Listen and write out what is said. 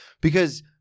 because-